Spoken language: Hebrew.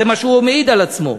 זה מה שהוא מעיד על עצמו,